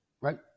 right